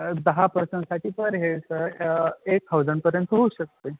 दहा पर्सनसाठी per head sir एक थाउजंडपर्यंत होऊ शकते